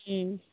ᱦᱮᱸ